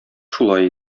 шулай